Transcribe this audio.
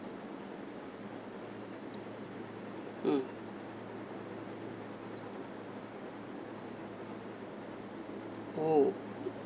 mm oh